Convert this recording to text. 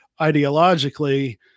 ideologically